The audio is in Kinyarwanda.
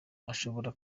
ushobora